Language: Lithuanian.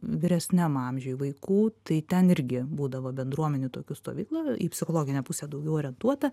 vyresniam amžiuj vaikų tai ten irgi būdavo bendruomenių tokių stovykla į psichologinę pusę daugiau orientuota